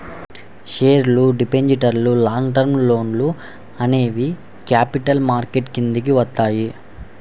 షేర్లు, డిబెంచర్లు, long term లోన్లు అనేవి క్యాపిటల్ మార్కెట్ కిందికి వత్తయ్యి